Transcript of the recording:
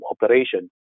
operation